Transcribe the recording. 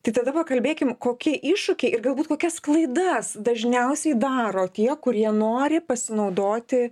tai tada pakalbėkim kokie iššūkiai ir galbūt kokias klaidas dažniausiai daro tie kurie nori pasinaudoti